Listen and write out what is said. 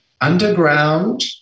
underground